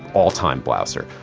all time blouser.